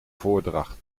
voordracht